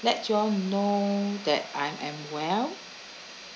let you all know that I am well